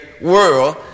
world